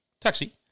taxi